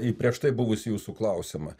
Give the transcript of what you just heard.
į prieš tai buvusį jūsų klausimą